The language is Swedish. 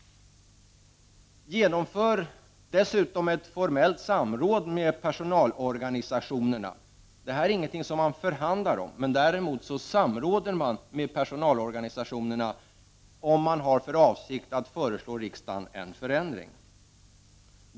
Genomför dessutom ett formellt samråd med personalorganisationerna! Detta är nämligen ingenting som man förhandlar om. Däremot samråder man med personalorganisationerna om man har för avsikt att föreslå riksdagen en förändring.